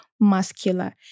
muscular